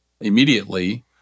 immediately